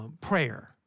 prayer